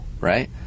right